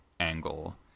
Angle